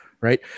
right